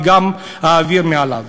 וגם האוויר מעליו.